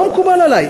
לא מקובל עלי.